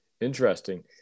Interesting